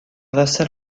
vassal